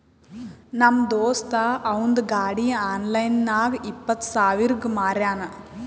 ನಮ್ ದೋಸ್ತ ಅವಂದ್ ಗಾಡಿ ಆನ್ಲೈನ್ ನಾಗ್ ಇಪ್ಪತ್ ಸಾವಿರಗ್ ಮಾರ್ಯಾನ್